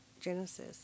genesis